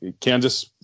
Kansas